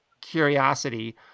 curiosity